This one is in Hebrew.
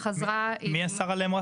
מי אסר עליהם?